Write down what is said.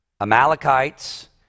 Amalekites